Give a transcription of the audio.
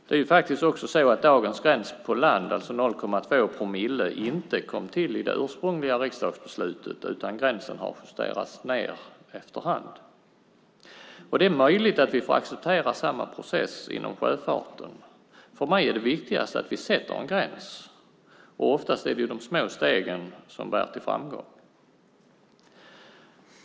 Det är faktiskt också så att dagens gräns på land, 0,2 promille, inte kom till i det ursprungliga riksdagsbeslutet, utan gränsen har justerats ned efter hand. Det är möjligt att vi får acceptera samma process inom sjöfarten. För mig är det viktigast att vi sätter en gräns, och ofta är det de små stegen som bär till framgång.